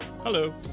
Hello